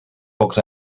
pocs